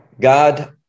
God